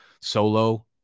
solo